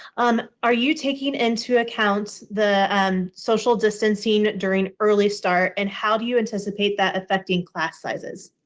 um are you taking into account the social distanceing during early start, and how do you anticipate that affecting class sizes?